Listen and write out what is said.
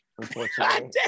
unfortunately